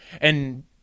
And-